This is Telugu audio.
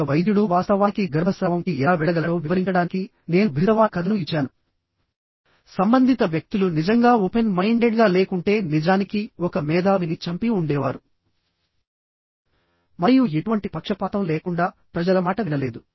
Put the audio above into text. ఒక వైద్యుడు వాస్తవానికి గర్భస్రావం కి ఎలా వెళ్లగలడో వివరించడానికి నేను భితవాన్ కథను ఇచ్చాను సంబంధిత వ్యక్తులు నిజంగా ఓపెన్ మైండెడ్ గా లేకుంటే నిజానికి ఒక మేధావిని చంపి ఉండేవారు మరియు ఎటువంటి పక్షపాతం లేకుండా ప్రజల మాట వినలేదు